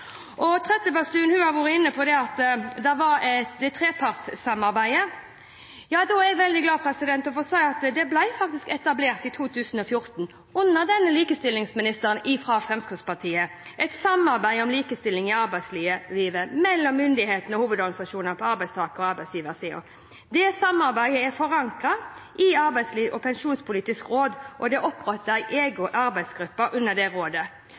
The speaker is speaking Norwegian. Trettebergstuen har vært inne på trepartssamarbeidet. Da er jeg veldig glad for å si at det faktisk i 2014 – under denne likestillingsministeren fra Fremskrittspartiet – ble etablert et samarbeid om likestilling i arbeidslivet mellom myndighetene og hovedorganisasjonene på arbeidstaker- og arbeidsgiversiden. Det samarbeidet er forankret i Arbeidslivs- og pensjonspolitisk råd, og det er opprettet en egen arbeidsgruppe under det rådet.